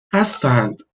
هستند